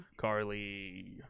Carly